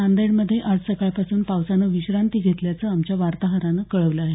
नांदेडमध्ये मात्र आज सकाळपासून पावसानं विश्रांती घेतल्याचं आमच्या वार्ताहरानं कळवलं आहे